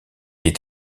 est